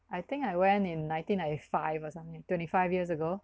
I think I went in nineteen ninety five or something twenty five years ago